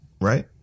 right